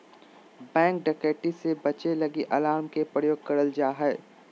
bank डकैती से बचे लगी अलार्म के प्रयोग करल जा हय